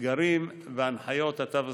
הסגרים והנחיות התו הסגול,